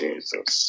Jesus